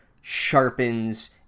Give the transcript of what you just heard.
sharpens